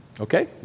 Okay